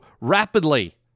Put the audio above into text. rapidly